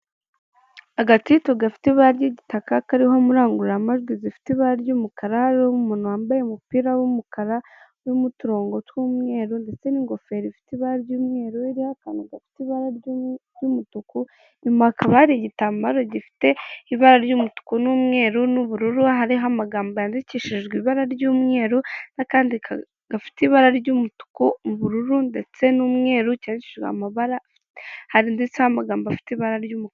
Agatito gafite ibara ry'igitakaka, kariho umurangurura majwi zifite ibara ry'umukara. Hariho umuntu wambaye umupira w'umukara n'uturongo tw'umweru ndetse n'ingofero ifite ibara ry'umweru, akantu gafite ibara ry'umutuku. Nyuma hakaba hari igitambaro gifite ibara ry'umutuku n'umweru, n'ubururu. Hariho amagambo yandikishijwe ibara ry'umweru, n'akandi gafite ibara ry'umutuku, ubururu ndetse n'umweru. Cyandikishijwe amabara, hari ndetse n'amagambo afite ibara ry'umutuku.